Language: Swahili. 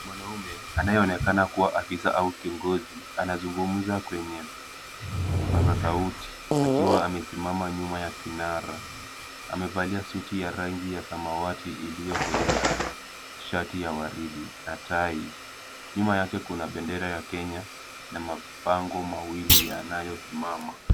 Mwanaume anayeonekana kuwa afisa au kiongozi anazungumza kwenye kipaza sauti akiwa amesimama nyuma ya kinara. Amevalia suti ya rangi ya samawati iliyokolea, shati ya waridi na tai. Nyuma yake kuna bendera ya Kenya na mabango mawili yanayosimama.